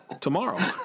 tomorrow